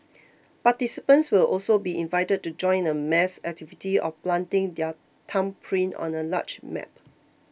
participants will also be invited to join in a mass activity of planting their thumbprint on a large map